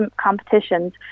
competitions